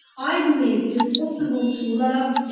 i believe it is possible to love,